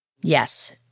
Yes